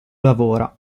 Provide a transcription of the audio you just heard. lavora